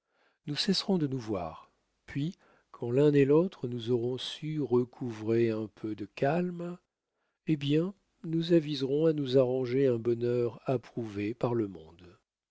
nous cesserons de nous voir puis quand l'un et l'autre nous aurons su recouvrer un peu de calme eh bien nous aviserons à nous arranger un bonheur approuvé par le monde